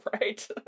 right